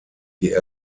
die